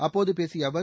அப்போது பேசிய அவர்